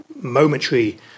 momentary